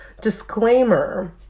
Disclaimer